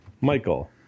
Michael